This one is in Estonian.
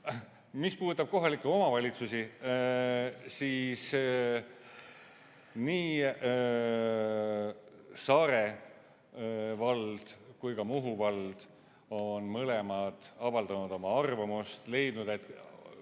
Mis puudutab kohalikke omavalitsusi, siis nii Saaremaa vald kui ka Muhu vald on mõlemad avaldanud oma arvamust, leidnud, et